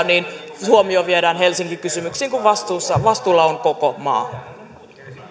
niin huomio viedään helsingin kysymyksiin kun vastuulla on koko maa